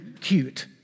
cute